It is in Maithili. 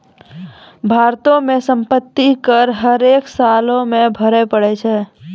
भारतो मे सम्पति कर हरेक सालो मे भरे पड़ै छै